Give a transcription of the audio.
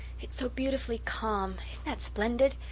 it's so beautifully calm isn't that splendid?